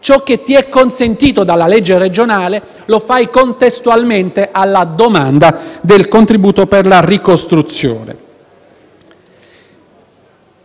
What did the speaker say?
ciò che è consentito dalla legge regionale si fa contestualmente alla domanda del contributo per la ricostruzione.